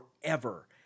forever